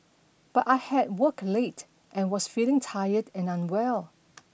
but I had worked late and was feeling tired and unwell